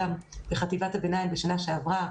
בחטיבת הביניים בשנה שעברה,